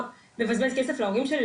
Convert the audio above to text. לבזבז כסף להורים שלי,